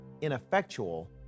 ineffectual